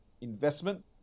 investment